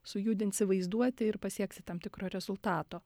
sujudinsi vaizduotę ir pasieksi tam tikro rezultato